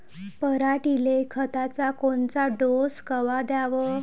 पऱ्हाटीले खताचा कोनचा डोस कवा द्याव?